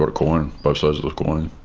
coin, both sides of the coin,